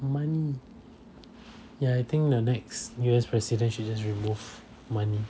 money ya I think the next U_S president should just remove money